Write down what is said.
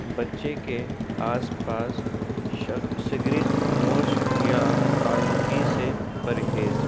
بچے کے آس پاس سگریٹ نوش یا آلودگی سے پرہیز